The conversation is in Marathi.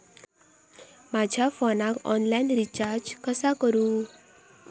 माझ्या फोनाक ऑनलाइन रिचार्ज कसा करू?